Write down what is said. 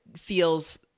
feels